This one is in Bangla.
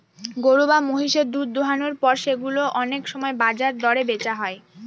গরু বা মহিষের দুধ দোহানোর পর সেগুলো অনেক সময় বাজার দরে বেচা হয়